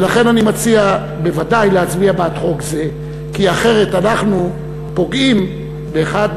ולכן אני מציע בוודאי להצביע בעד חוק זה כי אחרת אנחנו פוגעים באחד